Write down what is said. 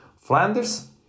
Flanders